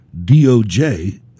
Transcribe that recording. DOJ